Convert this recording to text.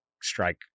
strike